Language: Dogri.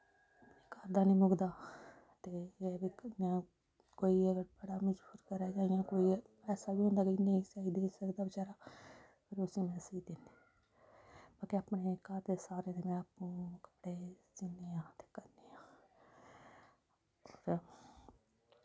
घर दा निं मुक्कदा ते लेकिन इ'यां कोई अगर बड़ा मजबूर करै जां इ'यां ऐसा बी होंदा कि नेईं सेआई देई सकदा बचैरा उसी में सी दिन्नी अते अपने घर दे सारें दे में अप्पूं कपड़े सीनी आं ते